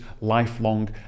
lifelong